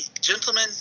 gentlemen